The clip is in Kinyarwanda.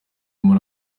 muri